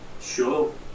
Sure